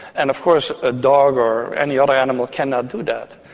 and of course a dog or any other animal cannot do that.